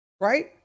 Right